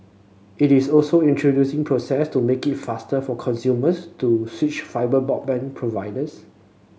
it is also introducing process to make it faster for consumers to switch fibre broadband providers